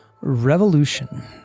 Revolution